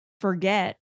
forget